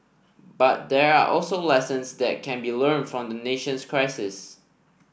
but there are also lessons that can be learnt from the nation's crisis